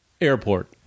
airport